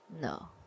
no